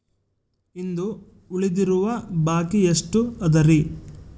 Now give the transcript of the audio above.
ಇಂದು ಉಳಿದಿರುವ ಬಾಕಿ ಎಷ್ಟು ಅದರಿ?